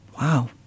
wow